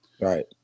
Right